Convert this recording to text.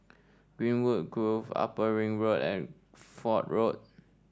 Greenwood Grove Upper Ring Road and Fort Road